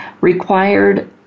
required